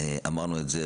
אמרנו אותו,